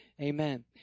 amen